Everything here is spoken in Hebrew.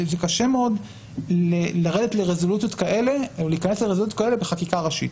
זה קשה מאוד להיכנס לרזולוציות כאלה בחקיקה ראשית.